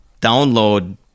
download